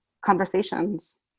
conversations